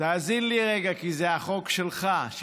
תאזין לי רגע כי זה החוק שלך.